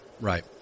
Right